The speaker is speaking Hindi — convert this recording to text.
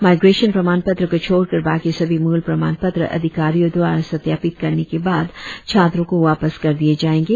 माइग्रेशन प्रमाण पत्र को छोड़कर बाकी सभी मूल प्रमाण पत्र अधिकारियों द्वारा सत्यापित करने के बाद छत्रों को वापस कर दिए जाएंगे